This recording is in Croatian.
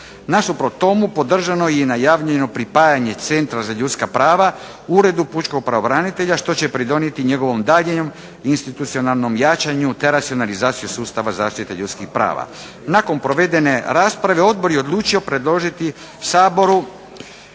Nasuprot tomu podržano je i najavljeno pripajanje Centra za ljudska prava Uredu pučkog pravobranitelja što će pridonijeti njegovom daljnjem institucionalnom jačanju te racionalizaciju sustava zaštite ljudskih prava. Nakon provedene rasprave odbor je odlučio predložiti Saboru